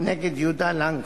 נגד יהודה לנקרי,